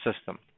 system